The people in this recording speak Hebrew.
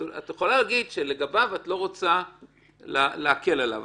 את יכולה להגיד שאת לא רוצה להקל עליו,